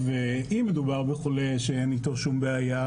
אם מדובר בחולה שאין איתו שום בעיה,